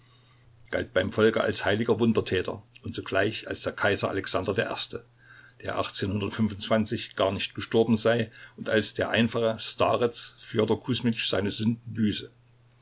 galt beim volke als heiliger wundertäter und zugleich als der kaiser alexander i der erste der gar nicht gestorben sei und als der einfache starez fjodor kusmitsch seine sünden